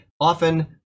often